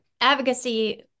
advocacy